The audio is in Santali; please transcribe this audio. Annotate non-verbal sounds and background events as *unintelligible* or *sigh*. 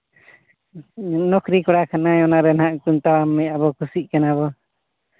ᱱᱚᱠᱨᱤ ᱠᱚᱲᱟ ᱠᱟᱱᱟᱭ ᱚᱱᱟᱨᱮ ᱱᱟᱦᱟᱜ *unintelligible* ᱟᱵᱚ ᱠᱩᱥᱤᱜ ᱠᱟᱱᱟ ᱵᱚ